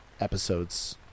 episodes